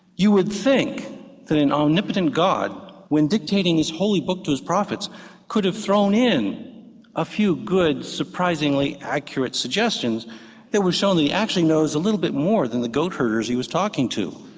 you would think that an omnipotent god, when dictating his holy book to his prophets could have thrown in a few good, surprisingly accurate suggestions that would show he actually knows a little bit more than the goat herders he was talking to.